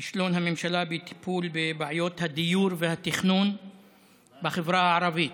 כישלון הממשלה בטיפול בבעיות הדיור והתכנון בחברה הערבית.